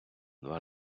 два